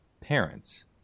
parents